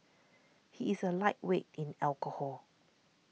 he is a lightweight in alcohol